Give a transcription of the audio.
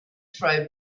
throw